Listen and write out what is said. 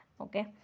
okay